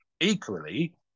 Equally